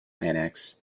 annex